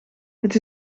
het